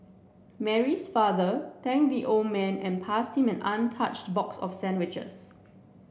Mary's father thanked the old man and passed him an untouched box of sandwiches